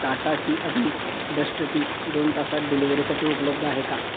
Tata tea Agni dust tea दोन तासात डिलिव्हरीसाठी उपलब्ध आहे का